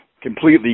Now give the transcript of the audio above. completely